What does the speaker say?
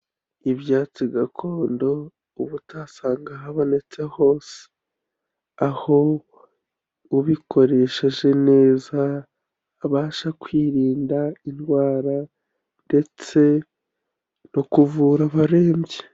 Ibyatsi gakondo uba utasanga ahabonetse hose aho ubikoresheje neza abasha kwirinda indwara ndetse no kuvura abarembye.